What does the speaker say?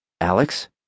Alex